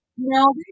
No